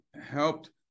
helped